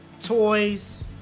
toys